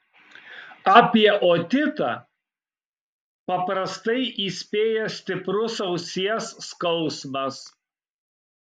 apie otitą paprastai įspėja stiprus ausies skausmas